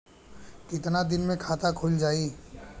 कितना दिन मे खाता खुल जाई?